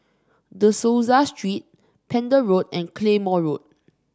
De Souza Street Pender Road and Claymore Road